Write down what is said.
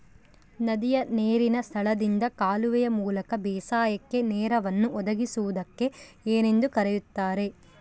ನದಿಯ ನೇರಿನ ಸ್ಥಳದಿಂದ ಕಾಲುವೆಯ ಮೂಲಕ ಬೇಸಾಯಕ್ಕೆ ನೇರನ್ನು ಒದಗಿಸುವುದಕ್ಕೆ ಏನೆಂದು ಕರೆಯುತ್ತಾರೆ?